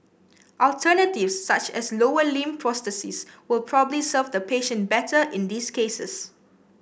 alternatives such as lower limb prosthesis will probably serve the patient better in these cases